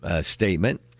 statement